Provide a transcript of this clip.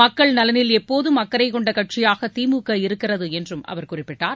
மக்கள் நலனில் எப்போதும் அக்கறை கொண்ட கட்சியாக திமுக இருக்கிறது என்றும் அவர் குறிப்பிட்டார்